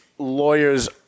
lawyers